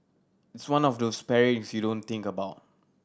it's one of those pairing you don't think about